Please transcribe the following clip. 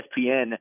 ESPN